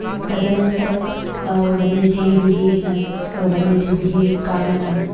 तदनन्तरं वन्यजीविः अनन्तरं वन्यजीविः काननं